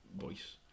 voice